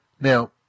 Now